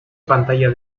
pantalla